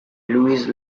louis